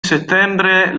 settembre